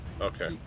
Okay